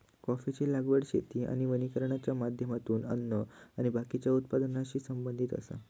कॉफीची लागवड शेती आणि वानिकरणाच्या माध्यमातून अन्न आणि बाकीच्या उत्पादनाशी संबंधित आसा